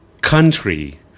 country